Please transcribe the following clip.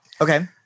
Okay